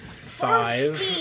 five